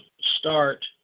start